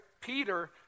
Peter